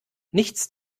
nichts